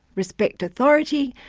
respect authority,